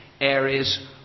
areas